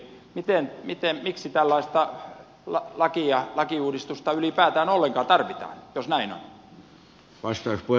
arvoisa ministeri miksi tällaista lakiuudistusta ylipäätään ollenkaan tarvitaan jos näin on